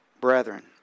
brethren